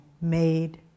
made